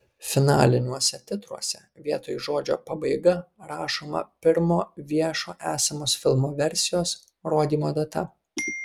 finaliniuose titruose vietoj žodžio pabaiga rašoma pirmo viešo esamos filmo versijos rodymo data